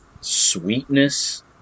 sweetness